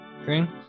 Okay